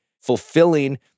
fulfilling